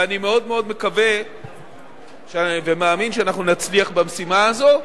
ואני מאוד מאוד מקווה ומאמין שאנחנו נצליח במשימה הזאת.